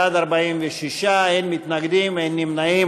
בעד, 46, אין מתנגדים, אין נמנעים.